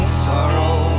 sorrow